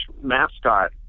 mascot